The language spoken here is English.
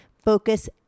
focus